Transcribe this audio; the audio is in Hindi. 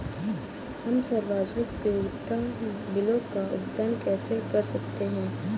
हम सार्वजनिक उपयोगिता बिलों का भुगतान कैसे कर सकते हैं?